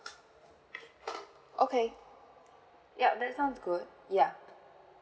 okay yup that sounds good yup